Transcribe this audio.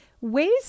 ways